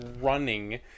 running